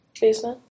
Basement